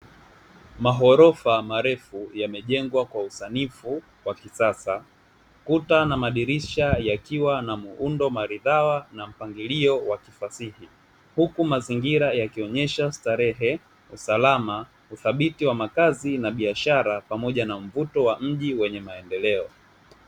Maghorofa marefu yamejengwa kwa usanifu wa kisasa, kuta na madirisha yakiwa na muundo maridhawa na mpangilio wa kifasihi huku mazingira yakionyesha starehe, usalama, uthabiti wa makazi na biashara pamoja na mvuto wa mji wenye maendeleo.